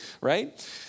right